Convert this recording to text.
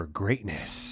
greatness